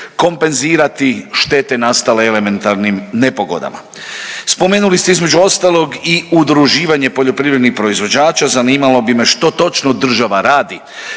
kompenzirati štete nastale elementarnim nepogodama. Spomenuli ste između ostalog i udruživanje poljoprivrednih proizvođača, zanimalo bi me što točno država radi